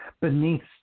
Beneath